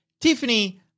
Tiffany